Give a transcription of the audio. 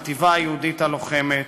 החטיבה היהודית הלוחמת,